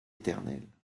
éternelle